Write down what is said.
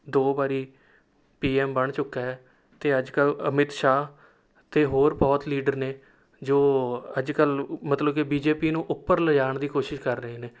ਦੋ ਵਾਰੀ P M ਬਣ ਚੁੱਕਾ ਹੈ ਅਤੇ ਅੱਜ ਕੱਲ੍ਹ ਅਮਿਤ ਸ਼ਾਹ ਅਤੇ ਹੋਰ ਬਹੁਤ ਲੀਡਰ ਨੇ ਜੋ ਅੱਜ ਕੱਲ੍ਹ ਮਤਲਬ ਕਿ ਬੀ ਜੇ ਪੀ ਨੂੰ ਉੱਪਰ ਲੈ ਜਾਣ ਦੀ ਕੋਸ਼ਿਸ਼ ਕਰ ਰਹੇ ਨੇ